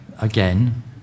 again